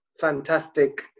fantastic